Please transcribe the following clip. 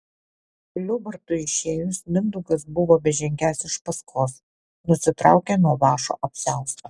liubartui išėjus mindaugas buvo bežengiąs iš paskos nusitraukė nuo vąšo apsiaustą